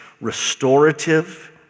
restorative